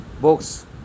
books